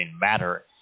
matter